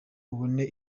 ubone